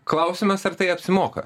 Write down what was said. klausiamas ar tai apsimoka